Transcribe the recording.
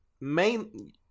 main